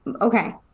Okay